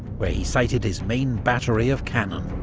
where he sited his main battery of cannon.